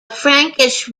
frankish